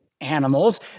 animals